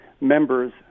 members